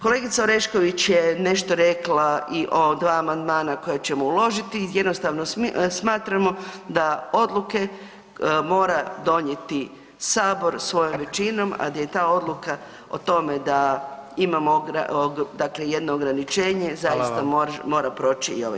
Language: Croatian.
Kolegica Orešković je nešto rekla i o dva amandmana koja ćemo uložiti jednostavno smatramo da odluke mora donijeti Sabor svojom većinom, a da je ta odluka o tome da imamo jedno ograničenje zaista mora proći i ovaj Sabor.